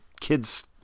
kid's